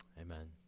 Amen